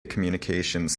communications